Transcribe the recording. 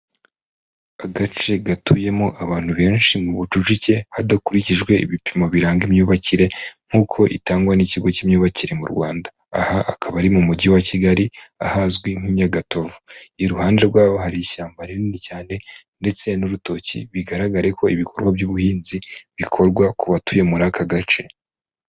Agace gatuyemo abantu benshi mu bucucike hadakurikijwe ibipimo biranga imyubakire nk'uko itangwa n'ikigo cy'imyubakire mu Rwanda. Aha akaba ari mu mujyi wa kigali ahazwi nk'ingatovu iruhande rwaho hari ishyamba rinini cyane ndetse n'urutoki bigaragare ko ibikorwa by'ubuhinzi bikorwa ku batuye muri aka gace.